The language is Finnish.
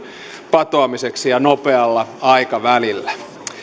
patoamiseksi ja nopealla aikavälillä